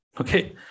okay